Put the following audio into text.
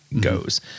goes